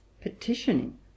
petitioning